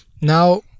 Now